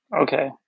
Okay